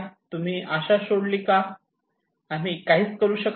तुम्ही आशा सोडली का आम्ही काहीच करू शकत नाही का